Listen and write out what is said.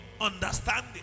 understanding